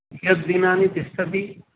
कियद् दिनानि तिष्ठति